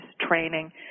training